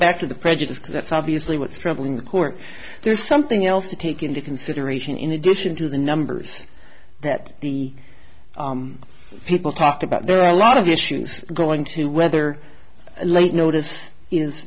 back to the prejudice because that's obviously what's troubling the court there's something else to take into consideration in addition to the numbers that the people talked about there are a lot of issues going to whether late notice